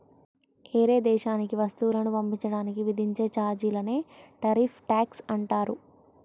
ఏరే దేశానికి వస్తువులను పంపించడానికి విధించే చార్జీలనే టారిఫ్ ట్యాక్స్ అంటారు